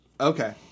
Okay